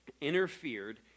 interfered